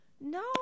No